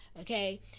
Okay